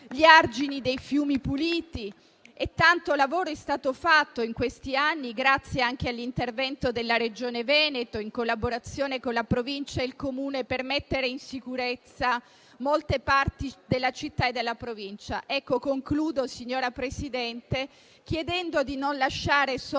gli argini dei fiumi puliti? Tanto lavoro è stato fatto in questi anni, grazie anche all'intervento della Regione Veneto, in collaborazione con la Provincia e il Comune, per mettere in sicurezza molte parti della città e della provincia. Concludo, signora Presidente, chiedendo di non lasciare sole